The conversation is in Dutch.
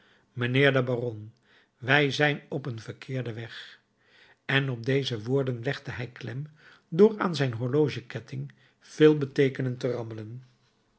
mijnheer de baron wij zijn op een verkeerden weg en op deze woorden legde hij klem door aan zijn horlogeketting veelbeteekenend te rammelen